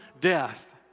death